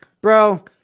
bro